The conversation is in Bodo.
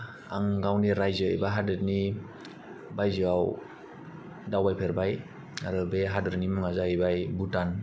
आं गावनि रायजो बा हादोरनि बायजोआव दावबायफेरबाय आरो बे हादोरनि मुङा जाहैबाय भुटान